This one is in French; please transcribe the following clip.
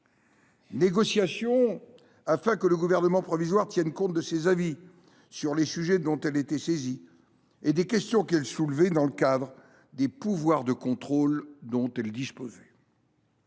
indispensable afin que le Gouvernement provisoire tienne compte de ses avis sur les sujets dont elle était saisie et des questions qu’elle soulevait dans le cadre des pouvoirs de contrôle dont elle disposait.